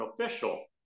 official